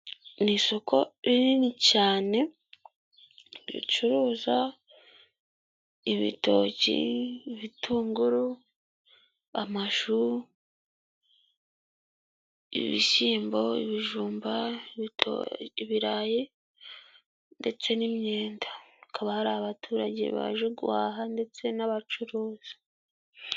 Ni isoko rinini cyane ricuruza ibitoki ,ibitunguru, amashu ,ibishyimbo ,ibijumba, ibito, ibirayi ndetse n'imyenda hakaba hari abaturage baje guhaha ndetse n'abacuruzi.